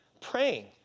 praying